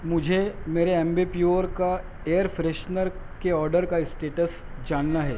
مجھے میرے Ambi Pur کا ایئر فریشنس کے آرڈر کا اسٹیٹس جاننا ہے